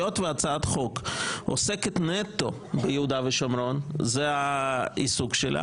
היות שהצעת החוק עוסקת נטו ביהודה ושומרון זה העיסוק שלה